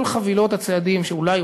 כל חבילות הצעדים שאולי,